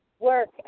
work